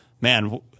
Man